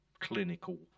clinical